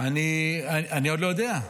אני עוד לא יודע.